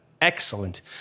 Excellent